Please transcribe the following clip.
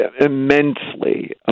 Immensely